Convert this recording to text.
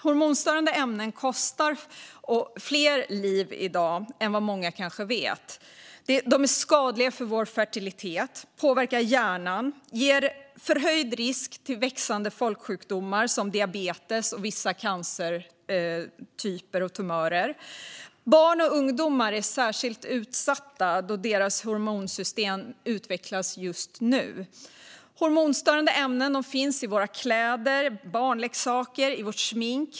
Hormonstörande ämnen kostar fler liv i dag än många kanske vet. De är skadliga för vår fertilitet, påverkar hjärnan och ger förhöjd risk för växande folksjukdomar som diabetes och vissa cancertyper och tumörer. Barn och ungdomar är särskilt utsatta, då deras hormonsystem utvecklas just nu. Hormonstörande ämnen finns i våra kläder, i barnleksaker och i vårt smink.